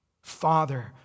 Father